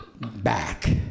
back